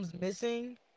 missing